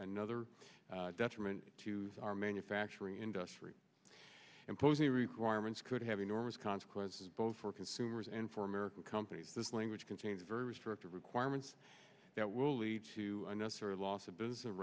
another detriment to our manufacturing industry imposing requirements could have enormous consequences both for consumers and for american companies this language contains very restrictive requirements that will lead to unnecessary loss of business of